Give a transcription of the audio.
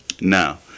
Now